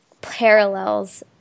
parallels